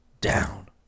Down